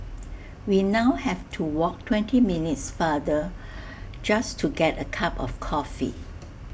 we now have to walk twenty minutes farther just to get A cup of coffee